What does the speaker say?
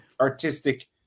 artistic